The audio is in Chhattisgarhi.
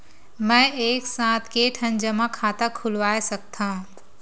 मैं एक साथ के ठन जमा खाता खुलवाय सकथव?